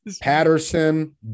Patterson